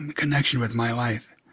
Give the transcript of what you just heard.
and connection with my life.